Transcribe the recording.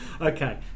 Okay